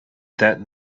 that